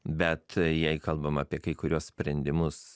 bet jei kalbam apie kai kuriuos sprendimus